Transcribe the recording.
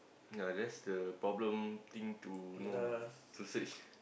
ya that's the problem thing to know ah to search